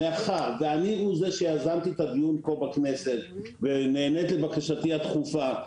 מאחר ואני הוא זה שיזם את הדיון פה בכנסת ונענית לבקשתי הדחופה,